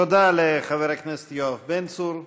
תודה רבה לחבר הכנסת יואב בן צור.